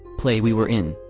play we were in,